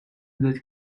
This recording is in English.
that